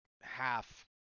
half